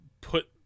put